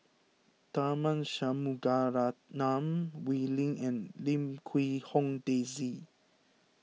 Tharman Shanmugaratnam Wee Lin and Lim Quee Hong Daisy